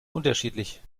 unterschiedlich